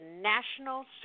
National